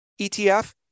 ETF